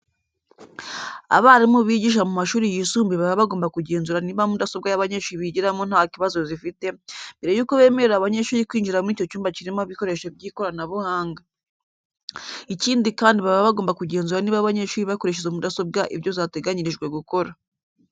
Abarimu bigisha mu mashuri yisumbuye baba bagomba kugenzura niba mudasobwa abanyeshuri bigiramo nta kibazo zifite, mbere yuko bemerera abanyeshuri kwinjira muri icyo cyumba kirimo ibikoresho by'ikoranabuhanga. Ikindi kandi baba bagomba kugenzura niba abanyeshuri bakoresha izo mudasobwa ibyo zateganyirijwe gukora.